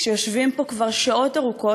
כשיושבים פה כבר שעות ארוכות,